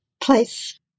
place